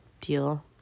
deal